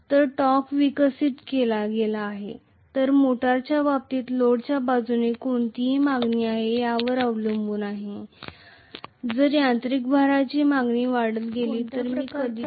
तर टॉर्क विकसित केला गेला आहे तर मोटरच्या बाबतीत लोडच्या बाजूने कोणती मागणी आहे यावर अवलंबून आहे जर यांत्रिक भारांची मागणी वाढत गेली तर मी अधिकाधिक प्रवाहित होईल